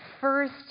first